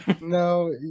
No